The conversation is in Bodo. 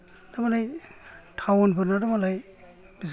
दा मालाय थाउनफोरनाथ' मालाय बिसोरो